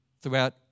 throughout